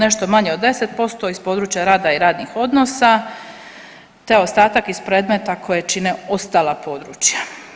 Nešto manje od 10% iz područja rada i radnih odnosa, te ostatak iz predmeta koje čine ostala područja.